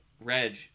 Reg